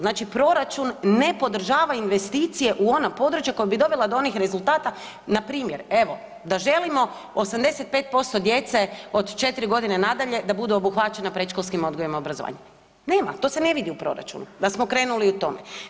Znači proračun ne podržava investicije u ona područja koja bi dovela do onih rezultata npr. evo da želimo 85% djece od 4 godine na dalje da budu obuhvaćena predškolskim odgojem i obrazovanjem, nema to se ne vidi u proračunu da smo krenuli i u tome.